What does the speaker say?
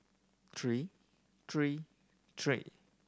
three three three